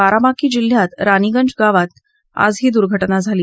बाराबांकी जिल्ह्यात रानीगंज गावात आज ही दुर्घटना घडली